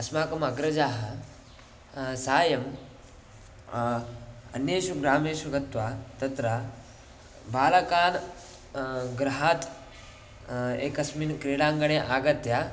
अस्माकम् अग्रजाः सायं अन्येषु ग्रामेषु गत्वा तत्र बालकान् गृहात् एकस्मिन् क्रीडाङ्गणे आगत्य